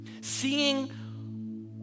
Seeing